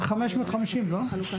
1550, לא?